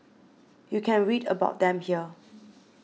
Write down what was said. you can read about them here